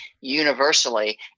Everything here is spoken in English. universally